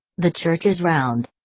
the church is round.